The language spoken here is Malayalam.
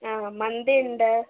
ആഹ് മന്തി ഉണ്ട്